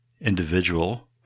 individual